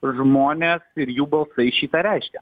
žmonės ir jų balsai šį tą reiškia